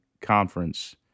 conference